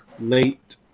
late